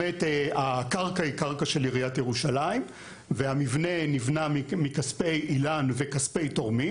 הקרקע היא קרקע של עיריית ירושלים והמבנה נבנה מכספי איל"ן וכספי תורמים